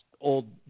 old